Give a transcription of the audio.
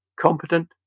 Competent